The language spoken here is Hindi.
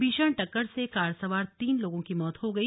भीषण टक्कर से कार सवार तीन लोगों की मौत हो गई